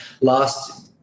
last